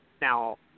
Now